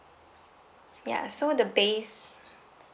ya so the base